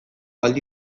aldi